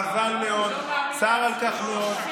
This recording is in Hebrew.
חבל מאוד, צר על כך מאוד.